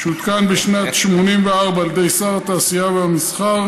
שהותקן בשנת 1984 על ידי שר התעשייה והמסחר